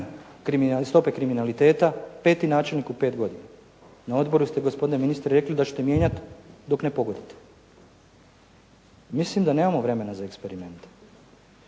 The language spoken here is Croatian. stope kriminaliteta, peti načelnik u pet godina. Na odboru ste gospodine ministre rekli da ćete mijenjati dok ne pogodite. Mislim da nemamo eksperimente.